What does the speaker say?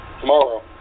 Tomorrow